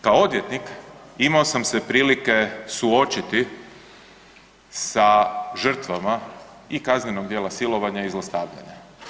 Kao odvjetnik imao sam se prilike suočiti sa žrtvama i kaznenog djela silovanja i zlostavljanja.